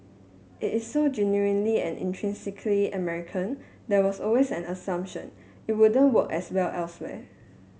it is so genuinely and intrinsically American there was always an assumption it wouldn't work as well elsewhere